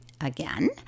again